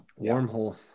Wormhole